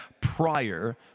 prior